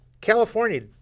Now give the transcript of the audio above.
California